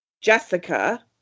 Jessica